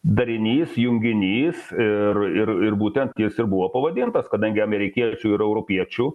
darinys junginys ir ir ir būtent jis ir buvo pavadintas kadangi amerikiečių ir europiečių